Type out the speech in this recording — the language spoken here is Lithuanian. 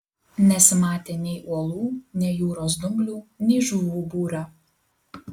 nesimatė nei uolų nei jūros dumblių nei žuvų būrio